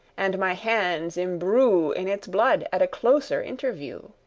and my hands imbrue in its blood at a closer interview.